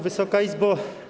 Wysoka Izbo!